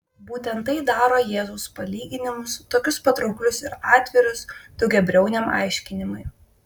būtent tai daro jėzaus palyginimus tokius patrauklius ir atvirus daugiabriauniam aiškinimui